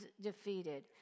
defeated